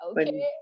okay